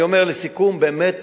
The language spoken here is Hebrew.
אני אומר לסיכום: באמת